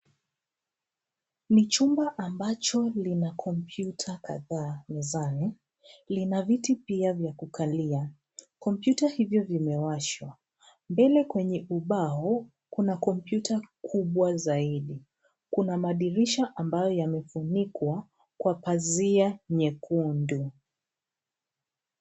Ni chumba ambacho lina kompyuta kadhaa mezani. Lina viti pia vya kukalia. Kompyuta hivyo vimewashwa. Mbele kwenye ubao kuna kompyuta kubwa zaidi. Kuna madirisha ambayo yamefunikwa, kwa pazia nyekundu.